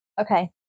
Okay